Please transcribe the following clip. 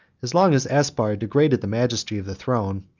as long as aspar degraded the majesty of the throne,